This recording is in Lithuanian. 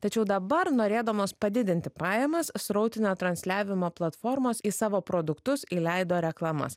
tačiau dabar norėdamos padidinti pajamas srautinio transliavimo platformos į savo produktus įleido reklamas